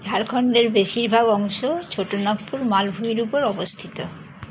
ঝাড়খণ্ডের বেশিরভাগ অংশ ছোটনাগপুর মালভূমির উপর অবস্থিত